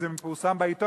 כי זה פורסם בעיתון,